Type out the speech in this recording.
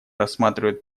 рассматривают